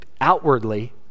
outwardly